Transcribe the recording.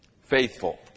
Faithful